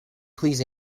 please